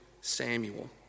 Samuel